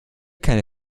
keine